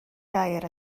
gair